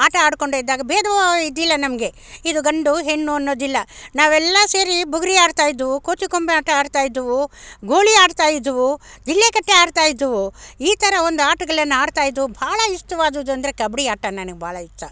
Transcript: ಆಟ ಆಡ್ಕೊಂಡೇ ಇದ್ದಾಗ ಭೇದ ಭಾವ ಇದ್ದಿಲ್ಲ ನಮಗೆ ಇದು ಗಂಡು ಹೆಣ್ಣು ಅನ್ನೋದಿಲ್ಲ ನಾವೆಲ್ಲ ಸೇರಿ ಬುಗುರಿ ಆಡ್ತಾ ಇದ್ವಿ ಕೋಚುಕೊಂಬೆ ಆಟ ಆಡ್ತಾ ಇದ್ವಿ ಗೋಲಿ ಆಡ್ತಾ ಇದ್ವಿ ಜಿಲ್ಲೆ ಕಟ್ಟೆ ಆಡ್ತಾ ಇದ್ವಿ ಈ ಥರ ಒಂದು ಆಟಗಳನ್ನು ಆಡ್ತಾ ಇದ್ವಿ ಬಹಳ ಇಷ್ಟವಾದದ್ದು ಅಂದರೆ ಕಬಡ್ಡಿ ಆಟ ನನಗೆ ಭಾಳ ಇಷ್ಟ